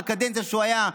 בקדנציה שהוא היה,